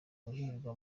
guhirwa